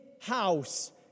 house